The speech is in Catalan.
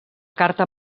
carta